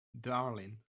darling